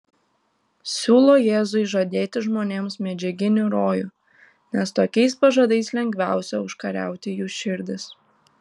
siūlo jėzui žadėti žmonėms medžiaginį rojų nes tokiais pažadais lengviausia užkariauti jų širdis